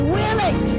willing